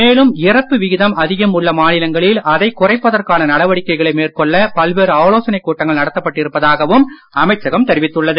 மேலும் இறப்பு விகிதம் அதிகம் உள்ள மாநிலங்களில் அதைக் குறைப்பதற்கான நடவடிக்கைகளை மேற்கொள்ள பல்வேறு ஆலோசனைக் கூட்டங்கள் நடத்தப்பட்டு இருப்பதாகவும் அமைச்சகம் தெரிவித்துள்ளது